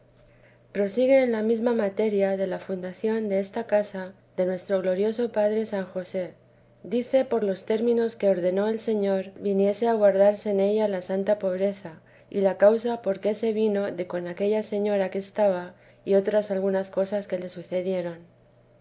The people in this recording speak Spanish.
xxxv prosigue en la mesma materia d a fundación desta casa de nuestro glorioso padre san josé dice por los términos que ordenó el señor viniese a guardarse en ella la santa pobreza y la causa porqué se vino de con aquella señora que estaba y otras algunas cosas que le sucedieron